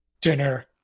dinner